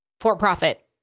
for-profit